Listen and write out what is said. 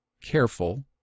careful